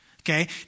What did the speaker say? okay